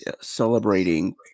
celebrating